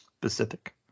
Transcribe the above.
Pacific